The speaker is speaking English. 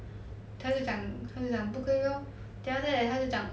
他就讲他就讲不可以 lor then after then 他就讲